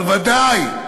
אבל ודאי,